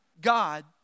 God